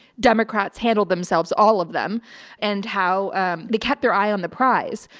democrats handled themselves, all of them and how they kept their eye on the prize.